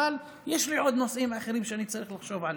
אבל יש לי נושאים אחרים שאני צריך לחשוב עליהם.